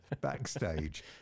backstage